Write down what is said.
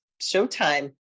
showtime